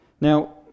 Now